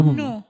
no